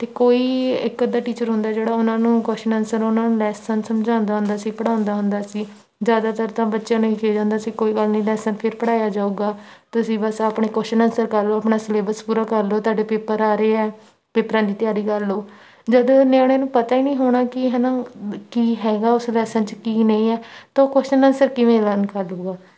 ਅਤੇ ਕੋਈ ਇੱਕ ਅੱਧਾ ਟੀਚਰ ਹੁੰਦਾ ਜਿਹੜਾ ਉਹਨਾਂ ਨੂੰ ਕੁਸ਼ਚਨ ਆਨਸਰ ਉਹਨਾਂ ਨੂੰ ਲੈਸਨ ਸਮਝਾਉਂਦਾ ਹੁੰਦਾ ਸੀ ਪੜ੍ਹਾਉਂਦਾ ਹੁੰਦਾ ਸੀ ਜ਼ਿਆਦਾਤਰ ਤਾਂ ਬੱਚਿਆਂ ਨੂੰ ਹੀ ਕਿਹਾ ਜਾਂਦਾ ਸੀ ਕੋਈ ਗੱਲ ਨਹੀਂ ਲੈਸਨ ਫਿਰ ਪੜ੍ਹਾਇਆ ਜਾਊਗਾ ਤੁਸੀਂ ਬਸ ਆਪਣੇ ਕੁਸ਼ਚਨ ਆਨਸਰ ਕਰ ਲਉ ਆਪਣਾ ਸਿਲੇਬਸ ਪੂਰਾ ਕਰ ਲਉ ਤੁਹਾਡੇ ਪੇਪਰ ਆ ਰਹੇ ਹੈ ਪੇਪਰਾਂ ਦੀ ਤਿਆਰੀ ਕਰ ਲਉ ਜਦ ਨਿਆਣਿਆਂ ਨੂੰ ਪਤਾ ਹੀ ਨਹੀਂ ਹੋਣਾ ਕਿ ਹੈ ਨਾ ਕੀ ਹੈਗਾ ਉਸ ਲੈਸਨ 'ਚ ਕੀ ਨਹੀਂ ਹੈ ਤਾਂ ਉਹ ਕੁਸ਼ਚਨ ਆਨਸਰ ਕਿਵੇਂ ਲਰਨ ਕਰ ਲੂਗਾ